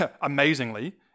amazingly